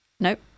nope